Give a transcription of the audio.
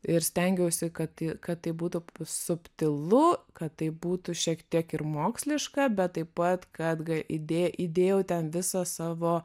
ir stengiausi kad kad tai būtų subtilu kad tai būtų šiek tiek ir moksliška bet taip pat kad ga idė įdėjau ten visą savo